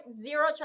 zero –